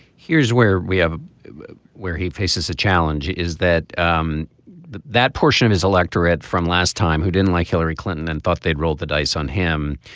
here's where we have where he faces a challenge is that um that portion of his electorate from last time who didn't like hillary clinton and thought they'd rolled the dice on him